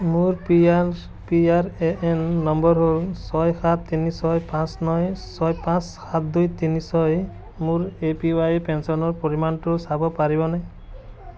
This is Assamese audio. মোৰ P H P R A N number হ'ল ছয় সাত তিনি ছয় পাঁচ নই ছয় পাঁচ সাত দুই তিনি ছয় মোৰ এ পি ৱাই পেঞ্চনৰ পৰিমাণটো চাব পাৰিবনে